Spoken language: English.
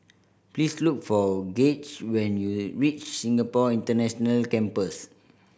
please look for Gaige when you reach Singapore International Campus